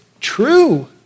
true